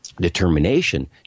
determination